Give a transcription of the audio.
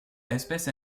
espèces